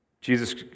Jesus